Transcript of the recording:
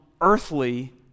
earthly